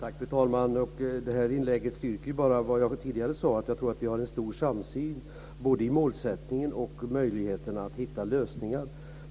Fru talman! Det här inlägget styrker bara vad jag tidigare sade, att vi har en stor samsyn både i målsättningen och i möjligheterna att hitta lösningar.